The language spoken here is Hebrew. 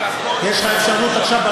יש לך אפשרות עכשיו,